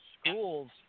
schools